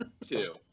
two